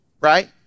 Right